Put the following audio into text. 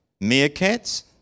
Meerkats